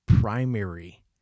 primary